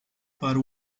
para